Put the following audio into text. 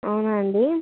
అవునా అండీ